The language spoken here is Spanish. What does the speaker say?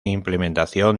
implementación